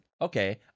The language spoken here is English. okay